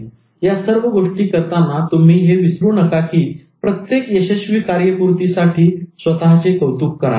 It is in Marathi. परंतु या सर्व गोष्टी करताना तुम्ही हे विसरू नका कि प्रत्येक यशस्वी कार्यपूर्ती साठी स्वतःचे कौतुक करा